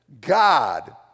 God